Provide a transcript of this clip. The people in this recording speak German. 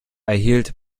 erhielt